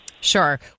Sure